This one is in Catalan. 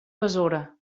besora